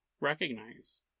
recognized